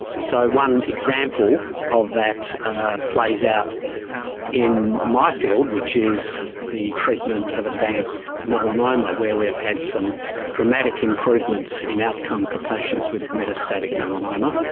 so one example of that plays out in my field, which is the treatment of advanced melanoma where we've had some dramatic improvements in outcome for patients with metastatic melanoma,